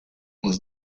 was